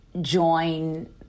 join